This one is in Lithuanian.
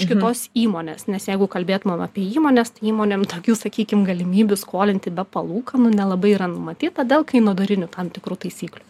iš kitos įmonės nes jeigu kalbėtumėm apie įmones tai įmonėm tokių sakykim galimybių skolinti be palūkanų nelabai yra numatyta dėl kainodarinių tam tikrų taisyklių